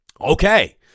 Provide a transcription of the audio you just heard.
Okay